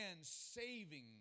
saving